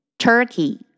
Turkey